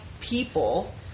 people